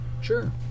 Sure